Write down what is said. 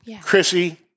Chrissy